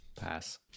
pass